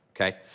Okay